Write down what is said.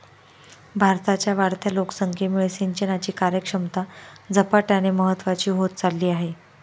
भारताच्या वाढत्या लोकसंख्येमुळे सिंचनाची कार्यक्षमता झपाट्याने महत्वाची होत चालली आहे